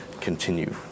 continue